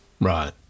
Right